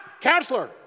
counselor